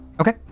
Okay